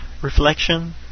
Reflection